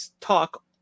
talk